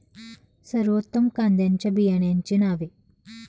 सर्वोत्तम कांद्यांच्या बियाण्यांची नावे?